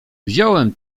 wziąłem